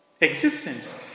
existence